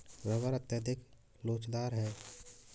rubber अत्यधिक लोचदार है